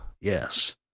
Yes